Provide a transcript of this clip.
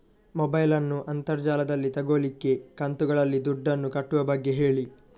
mobile ನ್ನು ಅಂತರ್ ಜಾಲದಲ್ಲಿ ತೆಗೋಲಿಕ್ಕೆ ಕಂತುಗಳಲ್ಲಿ ದುಡ್ಡನ್ನು ಕಟ್ಟುವ ಬಗ್ಗೆ ಹೇಳಿ